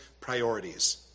priorities